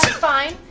fine.